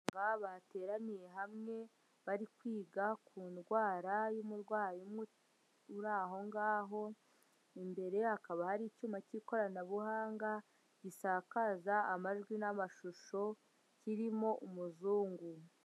Aba bateraniye hamwe bari kwiga ku ndwara y'umurwayi uri aho ngaho, imbere hakaba hari icyuma cy'ikoranabuhanga, gisakaza amajwi n'amashusho kirimo umuzungu.